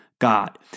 God